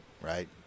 right